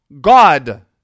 God